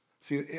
see